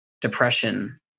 depression